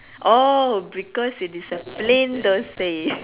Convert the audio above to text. orh because it is a plain dosai